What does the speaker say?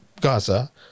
Gaza